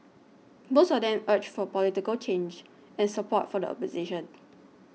most of them urged for political change and support for the opposition